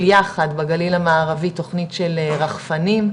יחד בגליל המערבי תוכנית של רחפנים,